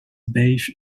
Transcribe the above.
beige